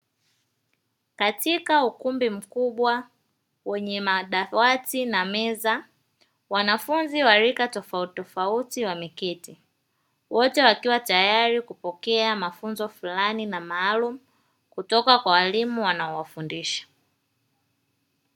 Katika ukumbi mkubwa wenye madawati na meza, wanafunzi wa rika tofautitofauti wameketi wote wakiwa tayari kupokea mafunzo fulani na maalumu kutoka kwa walimu wanaowafundisha.